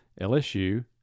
LSU